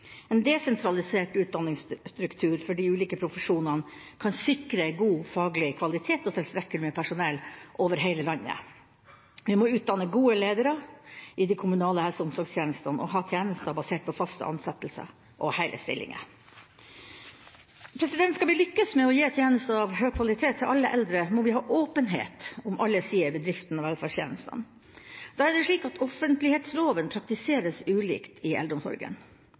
En desentralisert utdanningsstruktur for de ulike profesjonene kan sikre god faglig kvalitet og tilstrekkelig med personell over hele landet. Vi må utdanne gode ledere i de kommunale helse- og omsorgstjenestene og ha tjenester basert på faste ansettelser og hele stillinger. Skal vi lykkes med å gi tjenester av høy kvalitet til alle eldre, må vi ha åpenhet om alle sider ved driften av velferdstjenestene. Det er slik at offentlighetsloven praktiseres ulikt i eldreomsorgen.